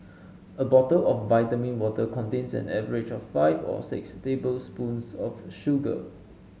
a bottle of vitamin water contains an average of five or six tablespoons of sugar